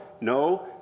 no